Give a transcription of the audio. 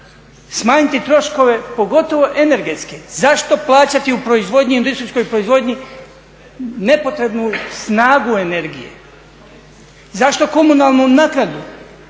smanjiti troškove, pogotovo energetske? Zašto plaćati u industrijskoj proizvodnji nepotrebnu snagu energije? Zašto komunalnu naknadu